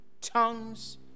tongues